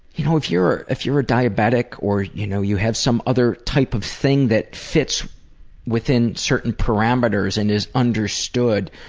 you know. if you're if you're a diabetic or you know you have some other type of thing that fits within certain parameters and is understood,